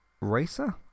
Racer